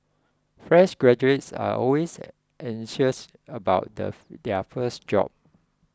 fresh graduates are always anxious about the their first job